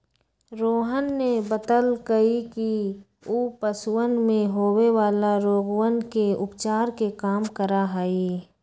रोहन ने बतल कई कि ऊ पशुवन में होवे वाला रोगवन के उपचार के काम करा हई